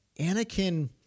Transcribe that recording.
Anakin